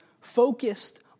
focused